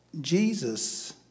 Jesus